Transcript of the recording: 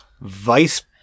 Vice